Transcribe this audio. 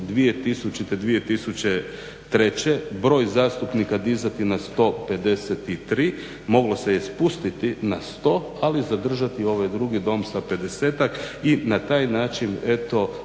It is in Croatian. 2000/2003. broj zastupnika dizati na 153, moglo se je spustiti na 100, ali zadržati ovaj drugi dom sa 50-ak i na taj način eto